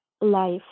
life